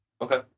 Okay